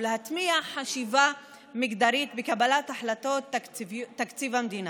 ולהטמיע חשיבה מגדרית בקבלת החלטות תקציב המדינה.